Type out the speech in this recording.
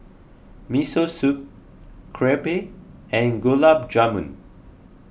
Miso Soup Crepe and Gulab Jamun